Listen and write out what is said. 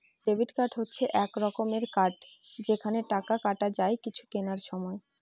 debit card হচ্ছে এক রকমের কার্ড যেখানে টাকা কাটা যায় কিছু কেনার সময়